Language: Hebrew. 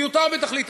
מיותר בתכלית.